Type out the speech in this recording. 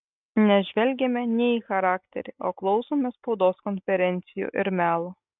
nes žvelgiame ne į charakterį o klausomės spaudos konferencijų ir melo